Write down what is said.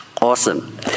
Awesome